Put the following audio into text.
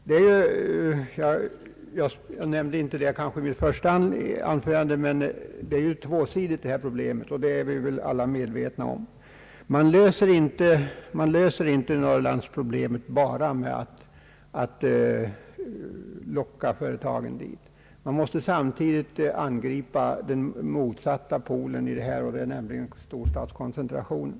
Jag kanske inte nämnde det i mitt första anförande, men detta problem har två sidor, vilket vi alla är medvetna om. Man löser inte norrlandsproblemen bara genom att locka företag dit. Man måste samtidigt angripa den motsatta polen, nämligen storstadskoncentrationen.